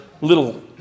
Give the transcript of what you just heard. little